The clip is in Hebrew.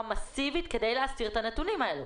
מסיבית כדי להסתיר את הנתונים האלה.